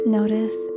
Notice